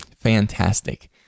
Fantastic